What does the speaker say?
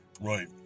Right